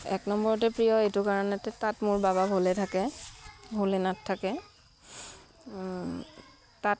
এক নম্বৰতে প্ৰিয় এইটো কাৰণতে তাত মোৰ বাবা ভোলে থাকে ভোলেনাথ থাকে তাত